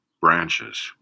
branches